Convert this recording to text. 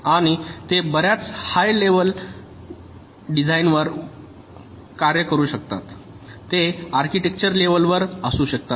आणि ते बर्याच हाय डिझाइन लेवल वर कार्य करू शकतात ते आर्किटेक्चरच्या लेवल वर असू शकतात